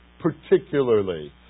particularly